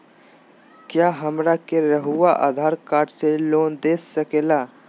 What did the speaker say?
क्या हमरा के रहुआ आधार कार्ड से लोन दे सकेला?